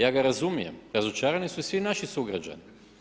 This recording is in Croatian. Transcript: Ja ga razumijem, razočarani su i svi naši sugrađani.